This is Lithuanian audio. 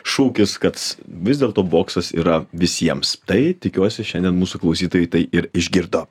šūkis kad s vis dėlto boksas yra visiems tai tikiuosi šiandien mūsų klausytojai tai ir išgirdo